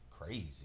Crazy